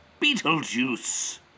Beetlejuice